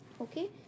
okay